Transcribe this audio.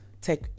take